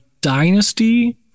dynasty